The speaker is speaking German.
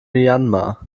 myanmar